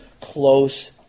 close